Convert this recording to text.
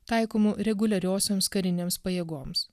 taikomų reguliariosioms karinėms pajėgoms